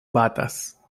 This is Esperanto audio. batas